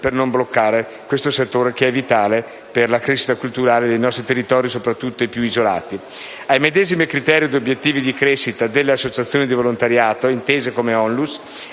per non bloccare questo settore, che è vitale per la crescita culturale dei nostri territori, soprattutto dei più isolati. Ai medesimi criteri e obiettivi di crescita delle associazioni di volontariato, intese come ONLUS,